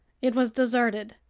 it was deserted.